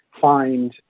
find